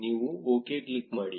ನೀವು OK click ಮಾಡಿ